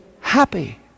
happy